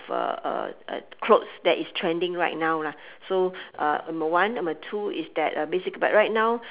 uh uh uh clothes that is trending right now lah so uh number one number two is that uh basic but right now